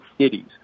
cities